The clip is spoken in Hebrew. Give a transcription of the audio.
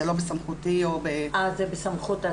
זה לא בסמכותי או ב- -- אה, זה בסמכות השר.